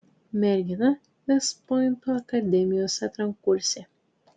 mergina vest pointo akademijos antrakursė